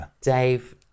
Dave